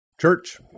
church